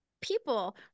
people